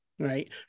right